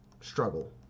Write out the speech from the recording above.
struggle